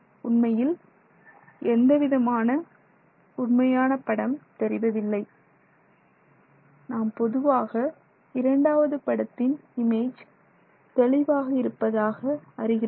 உண்மையில் எந்த விதமான உண்மையான படம் தெரிவதில்லை நாம் பொதுவாக இரண்டாவது படத்தில் இமேஜ் தெளிவாக இருப்பதாக அறிகிறோம்